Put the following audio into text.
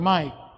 Mike